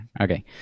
Okay